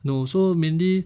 no so mainly